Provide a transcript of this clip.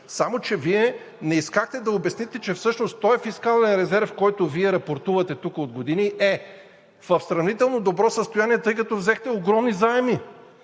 Само че Вие не искахте да обясните, че всъщност този фискален резерв, който Вие рапортувате тук от години, е в сравнително добро състояние, тъй като взехте огромни заеми.